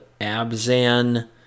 Abzan